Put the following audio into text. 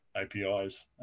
APIs